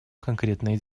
конкретные